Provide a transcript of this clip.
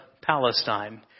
Palestine